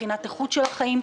איכות חיים.